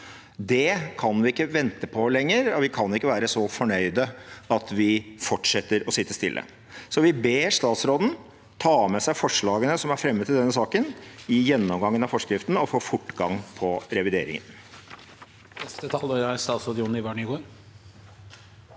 Dette kan vi ikke vente på lenger, og vi kan ikke være så fornøyd at vi fortsetter å sitte stille. Vi ber statsråden ta med seg forslagene som er fremmet i denne saken, i gjennomgangen av forskriften og få fortgang på revideringen.